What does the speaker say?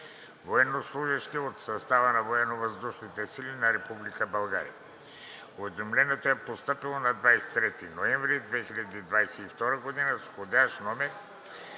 военнослужещи от състава на Военновъздушните сили на Република България. Уведомлението е постъпило на 23 ноември 2022 г.